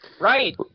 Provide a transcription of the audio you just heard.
Right